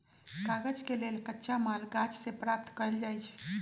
कागज के लेल कच्चा माल गाछ से प्राप्त कएल जाइ छइ